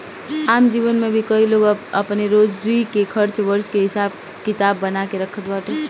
आम जीवन में भी कई लोग अपनी रोज के खर्च वर्च के हिसाब किताब बना के रखत बाटे